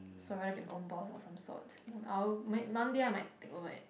so I rather be my own boss of some sort I will may one day I might take over at